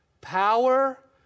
Power